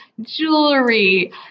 jewelry